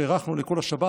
שאירחנו לכל השבת.